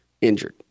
injured